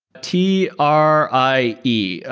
t r i e.